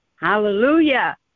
Hallelujah